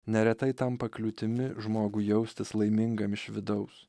neretai tampa kliūtimi žmogui jaustis laimingam iš vidaus